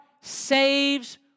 saves